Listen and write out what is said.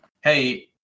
hey